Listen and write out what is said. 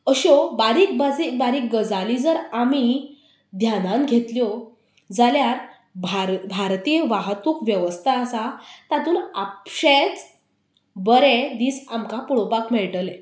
अश्यो बारीक बाजी बारीक गजाली जर आमी ध्याना घेतल्यो जाल्या आमी भारती भारतीय वाहतूक वेवस्था आसा तातूंत आपशेच बरे दीस आमकां पळोपाक मेळटले